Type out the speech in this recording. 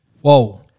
Whoa